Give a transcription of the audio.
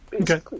Okay